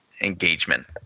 engagement